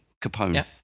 capone